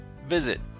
Visit